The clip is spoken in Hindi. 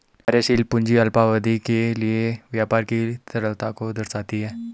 कार्यशील पूंजी अल्पावधि के लिए व्यापार की तरलता को दर्शाती है